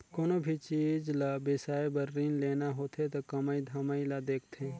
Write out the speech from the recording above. कोनो भी चीच ल बिसाए बर रीन लेना होथे त कमई धमई ल देखथें